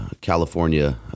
California